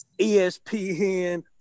ESPN